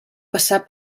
passar